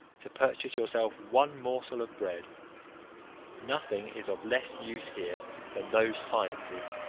to purchase yourself one morsel of bread nothing is of less use here than those sciences